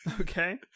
Okay